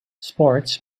sports